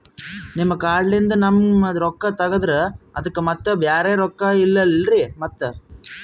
ನಿಮ್ ಕಾರ್ಡ್ ಲಿಂದ ನಮ್ ರೊಕ್ಕ ತಗದ್ರ ಅದಕ್ಕ ಮತ್ತ ಬ್ಯಾರೆ ರೊಕ್ಕ ಇಲ್ಲಲ್ರಿ ಮತ್ತ?